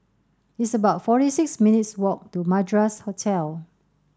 it's about forty six minutes' walk to Madras Hotel